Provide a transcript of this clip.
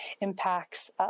impacts